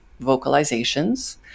vocalizations